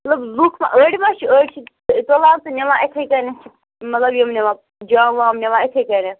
مطلب لُکھ ما أڑۍ ما چھِ أڑۍ چھِ تُلان تہٕ نِوان اِتھَے کَنٮ۪تھ چھِ مطلب یِم نِوان جام وام نِوان اِتھَے کَنٮ۪تھ